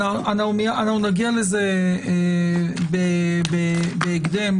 אנחנו נגיע לזה בהקדם,